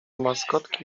maskotki